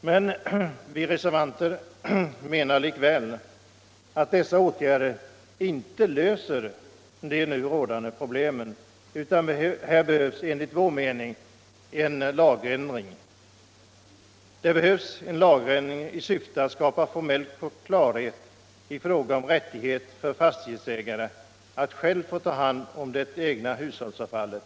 Men vi reservanter menar likväl att dessa åtgärder inte löser de nu rådande problemen utan här behövs enligt vår mening en lagändring i syfte att skapa formell klarhet i frågor om rättighet för fastighetsägare att själva få ta hand om det egna hushållsavfallet.